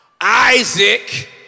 Isaac